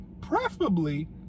Preferably